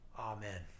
Amen